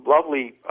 lovely